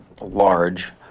large